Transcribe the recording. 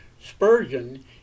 Spurgeon